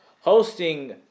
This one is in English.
hosting